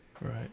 right